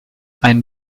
ein